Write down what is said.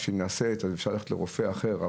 כשהיא נעשית אפשר ללכת לרופא אחר,